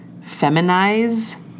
feminize